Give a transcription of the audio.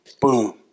boom